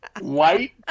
White